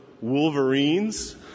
Wolverines